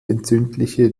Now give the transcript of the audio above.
entzündliche